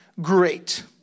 great